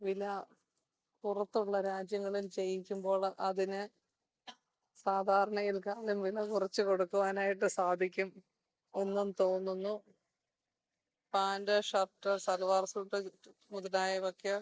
വില പുറത്തുള്ള രാജ്യങ്ങളിൽ ചെയ്യിക്കുമ്പോൾ അതിന് സാധാരണയിൽക്കാളും വില കുറച്ച് കൊടുക്കുവാനായിട്ട് സാധിക്കും ഒന്നും തോന്നുന്നു പാൻറ് ഷർട്ട് സൽവാർ സൂട്ട് മുതലായവയ്ക്ക്